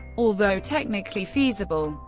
although technically feasible,